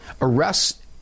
arrests